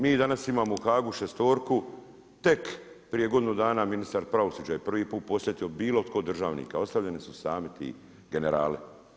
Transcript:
Mi danas imamo u Haagu šestorku, tek prije godinu dana ministar pravosuđa je prvi put posjetio, bilo tko od državnika, ostavljeni su sami ti generali.